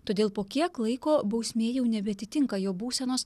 todėl po kiek laiko bausmė jau nebeatitinka jo būsenos